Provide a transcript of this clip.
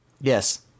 Yes